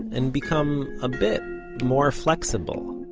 and become a bit more flexible.